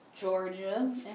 Georgia